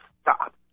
stop